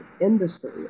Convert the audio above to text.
industry